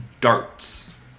darts